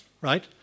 right